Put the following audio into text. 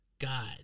God